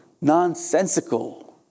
nonsensical